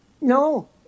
No